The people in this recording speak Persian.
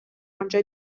انجا